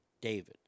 David